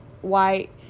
white